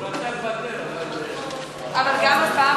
הוא רצה לוותר אבל, אבל גם הפעם